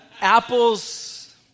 Apples